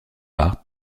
art